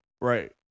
Right